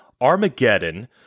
Armageddon